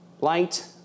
Light